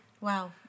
Wow